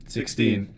Sixteen